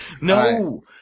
No